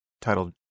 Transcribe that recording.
titled